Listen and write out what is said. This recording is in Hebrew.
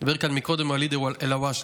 דיבר כאן קודם ואליד אלהואשלה.